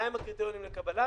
מהם הקריטריונים לקבלה,